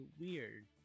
weird